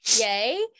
Yay